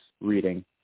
reading